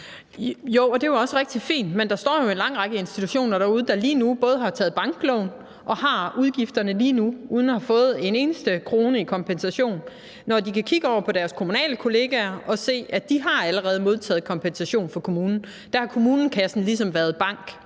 (V): Jo, det er også rigtig fint, men der står jo en lang række institutioner derude, der har taget banklån og lige nu har udgifterne uden at have fået en eneste krone i kompensation, mens de kan kigge over på deres kommunale kollegaer og se, at de allerede har modtaget kompensation fra kommunen. Der har kommunekassen ligesom været bank.